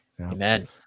Amen